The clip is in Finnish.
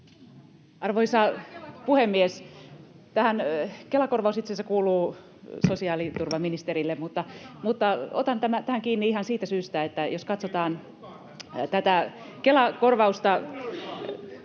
Arvoisa puhemies! Kela-korvaus itse asiassa kuuluu sosiaaliturvaministerille, mutta otan tästä kiinni ihan siitä syystä, että jos katsotaan tätä Kela-korvausta...